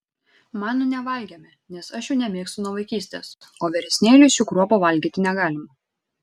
manų nevalgėme nes aš jų nemėgstu nuo vaikystės o vyresnėliui šių kruopų valgyti negalima